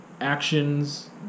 actions